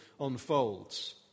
unfolds